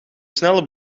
snelle